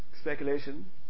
speculation